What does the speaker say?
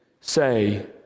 say